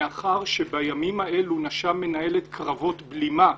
מאחר שבימים האלה נש"מ מנהלת קרבות בלימה,